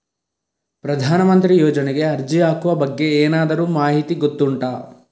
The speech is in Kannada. ಪ್ರಧಾನ ಮಂತ್ರಿ ಯೋಜನೆಗೆ ಅರ್ಜಿ ಹಾಕುವ ಬಗ್ಗೆ ಏನಾದರೂ ಮಾಹಿತಿ ಗೊತ್ತುಂಟ?